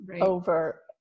over